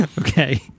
Okay